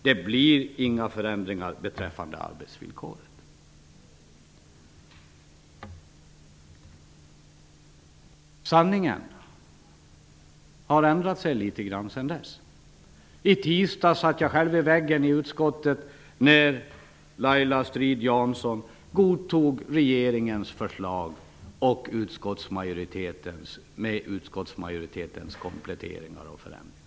Det blir inga förändringar beträffande arbetsvillkoret. Sanningen har ändrat sig litet sedan dess. I tisdags satt jag själv vid väggen i utskottet när Laila Strid Jansson godtog regeringens förslag med utskottsmajoritetens kompletteringar och förändringar.